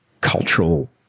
cultural